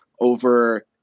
over